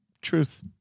Truth